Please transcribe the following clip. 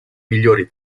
migliori